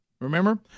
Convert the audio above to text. Remember